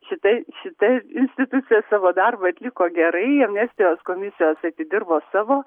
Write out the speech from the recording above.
šitai šita institucija savo darbą atliko gerai amnestijos komisijos atidirbo savo